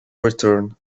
return